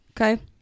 Okay